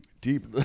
deep